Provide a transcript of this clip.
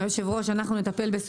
היושב ראש, אנחנו נטפל בסוגייה.